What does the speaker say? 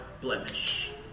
blemish